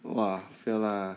!wah! fail lah